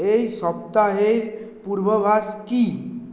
এই সপ্তাহের পূর্বাভাস কি